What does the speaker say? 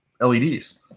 LEDs